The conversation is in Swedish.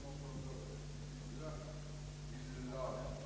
Herr talman!